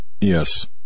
Yes